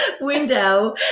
window